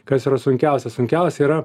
kas yra sunkiausia sunkiausia yra